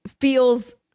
feels